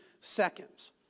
seconds